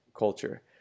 Culture